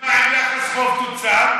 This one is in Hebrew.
ומה עם יחס חוב תוצר?